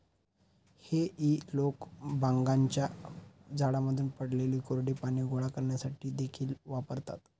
हेई लोक बागांच्या झाडांमधून पडलेली कोरडी पाने गोळा करण्यासाठी देखील वापरतात